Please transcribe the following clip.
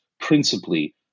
principally